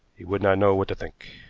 he would not know what to think.